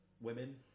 women